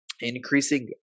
increasing